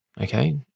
okay